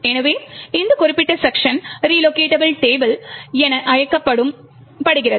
எனவே இந்த குறிப்பிட்ட செக்க்ஷன் ரிலோகெட்டபுள் டேபிள் என அழைக்கப்படுகிறது